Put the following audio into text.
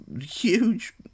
huge